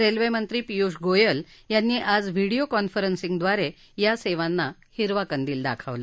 रेल्वेमंत्री पियुष गोयल यांनी आज व्हिडिओ कॉन्फरन्सद्वारे या सेवांना हिरवा कंदिल दाखवला